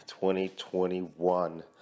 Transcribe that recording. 2021